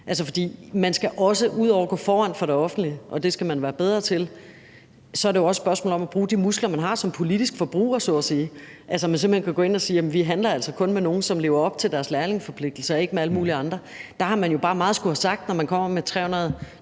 det offentliges side skal gå foran – og det skal man være bedre til – er det jo også et spørgsmål om at bruge de muskler, man så at sige har som politisk forbruger, sådan at man kan gå ind at sige, at man altså kun handler med nogle, som lever op til deres lærlingeforpligtelser, og ikke med alle mulige andre. Der har man jo bare meget at skulle have sagt, når man kommer med næsten